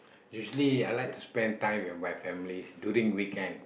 usually I like to spend time with my family during weekend